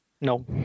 No